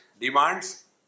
demands